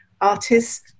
artists